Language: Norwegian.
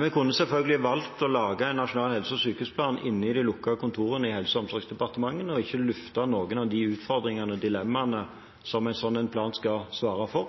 Vi kunne selvfølgelig valgt å lage en nasjonal helse- og sykehusplan inne i de lukkede kontorene i Helse- og omsorgsdepartementet og ikke luftet noen av de utfordringene og dilemmaene som en sånn plan skal svare for.